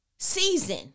season